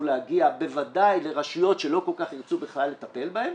להגיע בוודאי לרשויות שלא כל כך ירצו בכלל לטפל בהם,